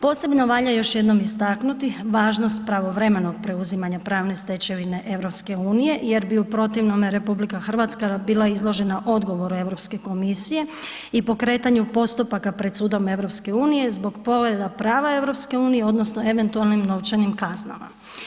Posebno valja još jednom istaknuti važnost pravovremenog preuzimanja pravne stečevine EU jer bi u protivnome RH bila izložena odgovoru Europske komisije i pokretanje postupaka pred sudom EU zbog povreda prava EU odnosno eventualnim novčanim kaznama.